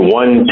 one